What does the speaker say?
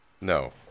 No